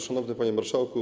Szanowny Panie Marszałku!